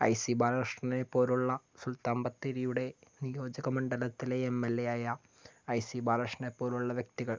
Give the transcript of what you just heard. I C ബാലകൃഷ്ണനെപ്പോലുള്ള സുൽത്താൻ ബത്തേരിയുടെ നിയോജക മണ്ഡലത്തിലെ എം എൽ എ യായ ഐ സി ബാലകൃഷ്ണനെപ്പോലെയുള്ള വ്യക്തികൾ